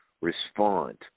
respond